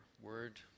word